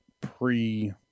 pre